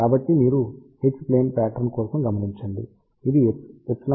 కాబట్టి మీరు h plane pattern కోసం గమనించండి ఇది εr 9